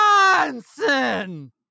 Johnson